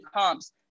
comps